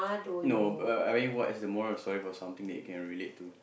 no but I mean what is the moral of the story for something you can relate to